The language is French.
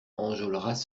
enjolras